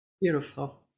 Beautiful